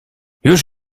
już